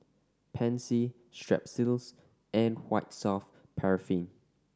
Pansy Strepsils and White Soft Paraffin